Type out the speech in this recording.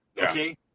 Okay